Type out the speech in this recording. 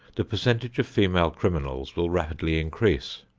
the percentage of female criminals will rapidly increase.